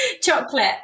chocolate